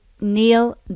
Neil